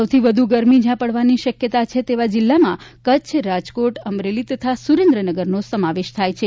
સૌથી વધુ ગરમી જયાં પડવાની શક્યતા છે તેવા જિલ્લામાં કચ્છ રાજકોટ અમરેલી તથા સુરેન્દ્રનગરનો સમાવેશ થાય છે